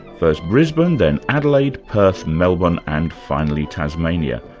first brisbane, then adelaide, perth, melbourne and finally tasmania.